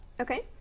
Okay